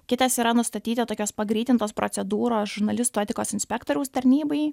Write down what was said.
kitas yra nustatyti tokios pagreitintos procedūros žurnalistų etikos inspektoriaus tarnybai